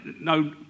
no